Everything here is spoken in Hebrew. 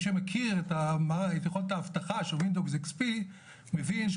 שמכיר את מערכות האבטחה של - WINDOWS XP מבין שהוא